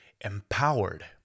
empowered